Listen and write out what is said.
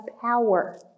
power